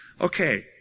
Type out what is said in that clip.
Okay